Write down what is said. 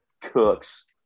cooks